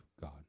God